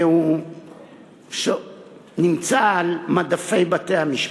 והוא נמצא על מדפי בתי-המשפט.